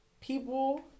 people